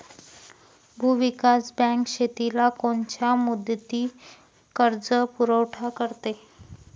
भूविकास बँक शेतीला कोनच्या मुदतीचा कर्जपुरवठा करते?